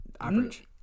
average